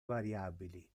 variabili